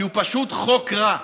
כי הוא פשוט חוק רע.